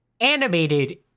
animated